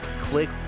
click